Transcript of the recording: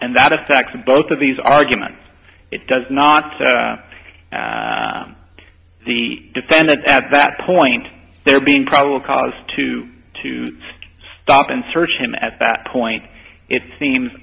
and that affects both of these arguments it does not say the defendant at that point there being probable cause to to stop and search him at that point it seems